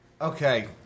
Okay